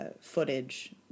footage